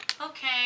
okay